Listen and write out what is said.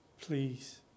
Please